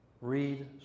read